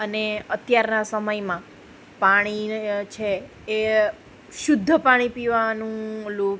અને અત્યારના સમયમાં પાણી છે એ શુદ્ધ પાણી પીવાનું પેલું